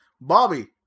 Bobby